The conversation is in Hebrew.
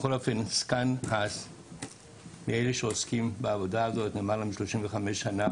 בכל אופן זקן העוסקים בעבודה הזאת, למעלה מ-35 שנה